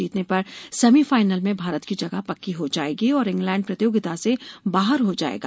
जीतने पर semi final में भारत की जगह पक्की हो जाएगी और इंग्लैंड प्रतियोगिता से बाहर हो जाएगा